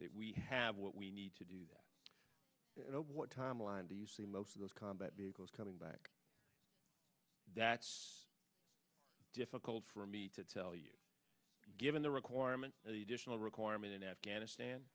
that we have what we need to do what timeline do you see most of those combat vehicles coming back that's difficult for me to tell you given the requirement requirement in afghanistan